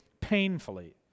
painfully